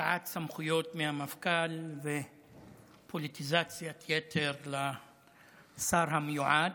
הפקעת סמכויות מהמפכ"ל ופוליטיזציית יתר לשר המיועד.